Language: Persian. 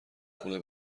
خونه